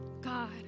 God